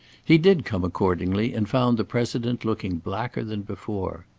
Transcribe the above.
he did come accordingly, and found the president looking blacker than before.